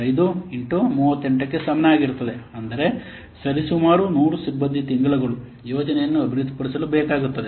5 into 38ಕ್ಕೆ ಸಮಾನವಾಗಿರುತ್ತದೆ ಅಂದರೆ ಸರಿಸುಮಾರು 100 ಸಿಬ್ಬಂದಿ ತಿಂಗಳುಗಳು ಯೋಜನೆಯನ್ನು ಅಭಿವೃದ್ಧಿಪಡಿಸಲು ಬೇಕಾಗುತ್ತವೆ